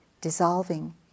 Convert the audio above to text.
dissolving